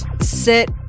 sit